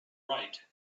right